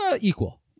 Equal